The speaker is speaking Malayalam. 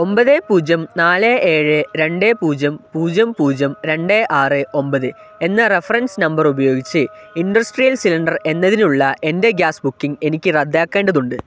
ഒമ്പത് പൂജ്യം നാല് ഏഴ് രണ്ട് പൂജ്യം പൂജ്യം പൂജ്യം രണ്ട് ആറ് ഒമ്പത് എന്ന റഫറൻസ് നമ്പറുപയോഗിച്ച് ഇൻഡസ്ട്രിയൽ സിലിണ്ടർ എന്നതിനുള്ള എൻ്റെ ഗ്യാസ് ബുക്കിംഗ് എനിക്ക് റദ്ദാക്കേണ്ടതുണ്ട്